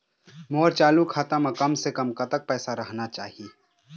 मोर चालू खाता म कम से कम कतक पैसा रहना चाही?